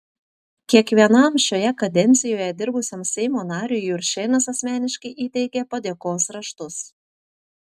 kiekvienam šioje kadencijoje dirbusiam seimo nariui juršėnas asmeniškai įteikė padėkos raštus